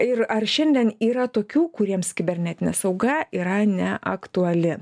ir ar šiandien yra tokių kuriems kibernetinė sauga yra neaktuali